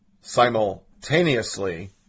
Simultaneously